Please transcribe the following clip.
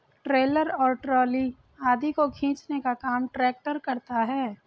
trailer और trolley आदि को खींचने का काम ट्रेक्टर करता है